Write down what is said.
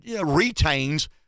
retains